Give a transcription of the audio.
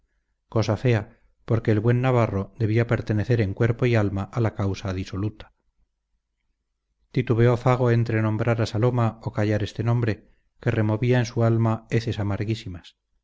cosa fea porque el buen navarro debía pertenecer en cuerpo y alma a la causa disoluta titubeó fago entre nombrar a saloma o callar este nombre que removía en su alma heces amarguísimas